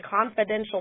confidential